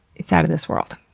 it's out of this world.